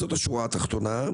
זאת השורה התחתונה,